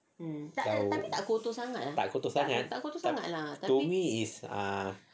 tak kotor sangat tapi to me is ah